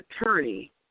attorney